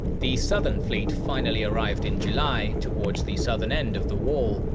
the southern fleet finally arrived in july, towards the southern end of the wall,